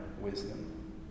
wisdom